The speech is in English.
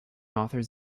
authors